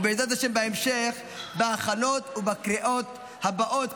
ובעזרת השם בהמשך בהכנות ובקריאות הבאות,